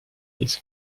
his